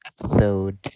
episode